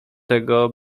tego